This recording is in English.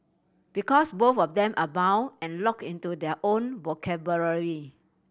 because both of them are bound and locked into their own vocabulary